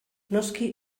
noski